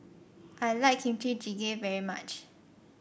I like Kimchi Jjigae very much